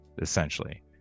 essentially